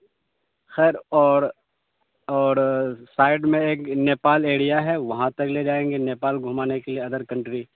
خیر اور اور سائڈ میں ایک نیپال ایریا ہے وہاں تک لے جائیں گے نیپال گھمانے کے لیے ادر کنٹری